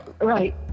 Right